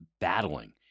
battling